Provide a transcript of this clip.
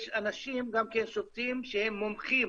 יש גם אנשים שופטים שהם מומחים